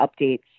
updates